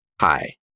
Hi